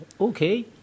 okay